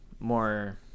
more